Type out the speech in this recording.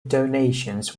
donations